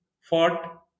fought